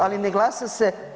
Ali ne glasa se